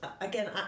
again